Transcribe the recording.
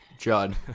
Judd